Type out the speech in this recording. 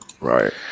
right